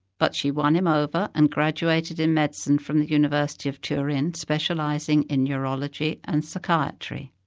but she won him over and graduated in medicine from the university of turin, specialising in neurology and psychiatry.